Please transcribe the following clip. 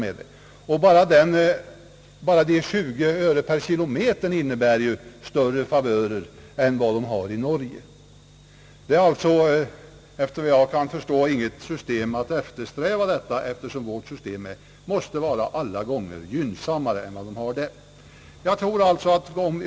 Enbart en reseersättning på 20 öre per kilometer innebär större favörer än vad som är fallet i Norge. Efter vad jag kan förstå är deras system ingenting att eftersträva, eftersom vårt system måste vara på alla sätt gynnsammare än det system som tillämpas i Norge.